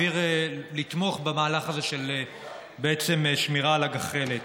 לתמוך במהלך הזה של שמירה על הגחלת.